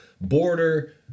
border